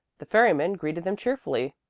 the ferryman greeted them cheerfully.